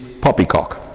poppycock